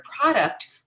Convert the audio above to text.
product